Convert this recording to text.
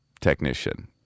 technician